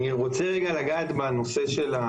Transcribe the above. אני רוצה רגע לגעת בנושא של,